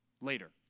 later